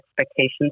expectations